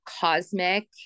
cosmic